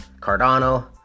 Cardano